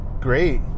great